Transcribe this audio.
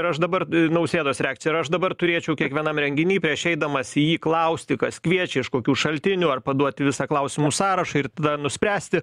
ir aš dabar nausėdos reakcija ar aš dabar turėčiau kiekvienam renginy prieš eidamas į jį klausti kas kviečia iš kokių šaltinių ar paduoti visą klausimų sąrašą ir nuspręsti